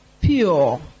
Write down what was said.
pure